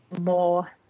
more